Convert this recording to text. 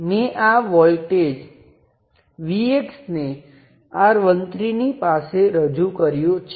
હું ઇચ્છું તે બીજું કંઈપણ લઈ શકું તેનો કોઈ વાંધો નથી